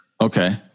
Okay